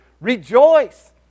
rejoice